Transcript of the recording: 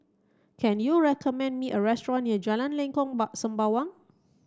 can you recommend me a restaurant near Jalan Lengkok Sembawang